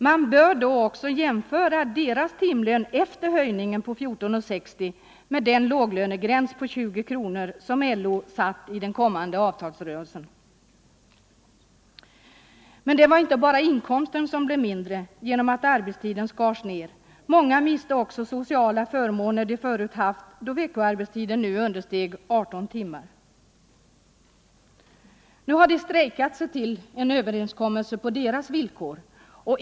Man bör också jämföra deras timlön efter höjningen, 14:60, med den låglönegräns på 20 kronor som LO satt i den kommande avtalsrörelsen. Men det var inte bara inkomsten som blev mindre genom att arbetstiden skars ner, många miste också sociala förmåner de förut haft, eftersom veckoarbetstiden nu understeg 18 timmar. Nu har de strejkat sig till en överenskommelse på sina egna villkor.